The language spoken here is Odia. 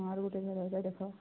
ଆହୁର ଗୁଟେ ଯୁଡ଼େ ଏଇଟା ଦେଖ